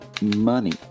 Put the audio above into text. money